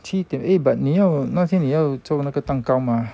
七点 eh but 你要那天你要做那个蛋糕吗